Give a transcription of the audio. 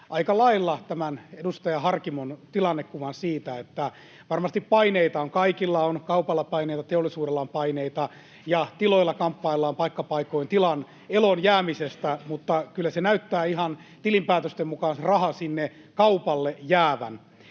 aika lailla tämän edustaja Harkimon tilannekuvan siitä, että varmasti paineita on kaikilla, kaupalla on paineita, teollisuudella on paineita ja tiloilla kamppaillaan paikka paikoin tilan eloonjäämisestä, mutta kyllä näyttää ihan tilinpäätösten mukaan se raha sinne kaupalle jäävän.